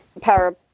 Power